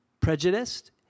prejudiced